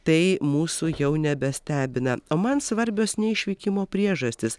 tai mūsų jau nebestebina o man svarbios ne išvykimo priežastys